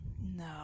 No